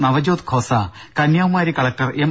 Navjot Khosa Kanyakumari collector M